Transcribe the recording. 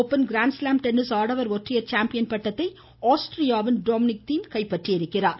open grand slam tennis ஆடவர் ஒற்றையர் champion பட்டத்தை ஆஸ்ட்ரியாவின் டோம்னிக் தீம் கைப்பற்றியுள்ளார்